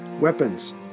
weapons